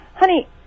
Honey